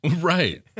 right